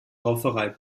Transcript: rauferei